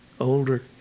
older